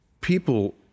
people